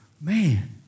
Man